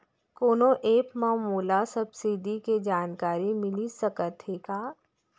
कोनो एप मा मोला सब्सिडी के जानकारी मिलिस सकत हे का?